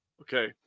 Okay